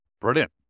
Brilliant